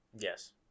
Yes